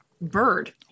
bird